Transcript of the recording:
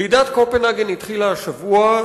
ועידת קופנהגן התחילה השבוע,